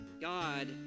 God